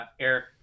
Eric